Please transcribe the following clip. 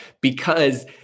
because-